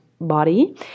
body